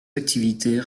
activités